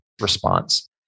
response